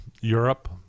Europe